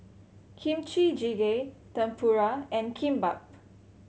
Kimchi Jjigae Tempura and Kimbap